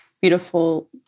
beautiful